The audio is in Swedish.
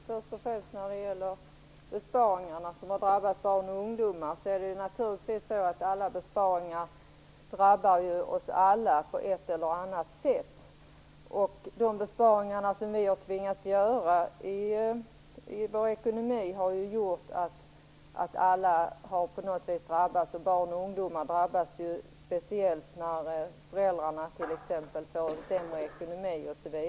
Herr talman! När det gäller de besparingar som har drabbat barn och ungdomar vill jag säga att alla besparingar drabbar oss alla på ett eller annat sätt. De besparingar som vi har tvingats göra i vår ekonomi har gjort att alla har drabbats på något sätt, och barn och ungdomar drabbas ju speciellt när föräldrarna t.ex. får en sämre ekonomi.